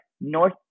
North